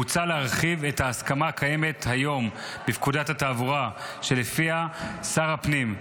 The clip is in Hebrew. מוצע להרחיב את ההסמכה הקיימת היום בפקודת התעבורה שלפיה שר הפנים,